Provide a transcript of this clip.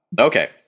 okay